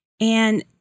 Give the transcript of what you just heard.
And-